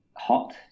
hot